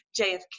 JFK